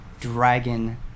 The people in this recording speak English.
dragon